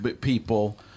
people